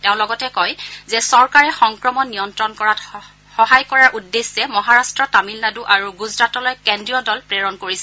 তেওঁ লগতে কয় যে চৰকাৰে সংক্ৰমণ নিয়ন্ত্ৰণ কৰাত সহায় কৰাৰ উদ্দেশ্যে মহাৰট্ট তামিলনাডু আৰু গুজৰাটলৈ কেন্দ্ৰীয় দল প্ৰেৰণ কৰিছে